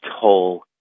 toll